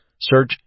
Search